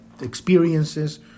experiences